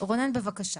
רונן בבקשה.